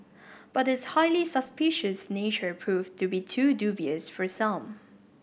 but its highly suspicious nature proved to be too dubious for some